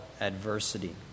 adversity